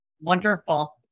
Wonderful